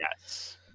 Yes